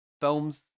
films